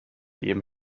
eben